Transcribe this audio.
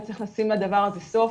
וצריך לשים לדבר הזה סוף.